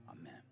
amen